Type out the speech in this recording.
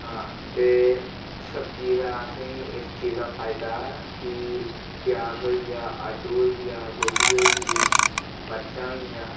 हां ते सब्जियें दा असेंगी इस चीज़ दा फायदा कि प्याज़ होई गेआ आलू होई गेआ गोभी होई गे मरचां होई गेइयां